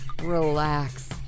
Relax